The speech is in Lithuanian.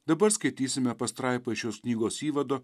dabar skaitysime pastraipą iš šios knygos įvado